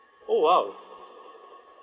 oh !wow!